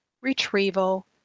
retrieval